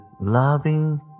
loving